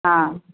हा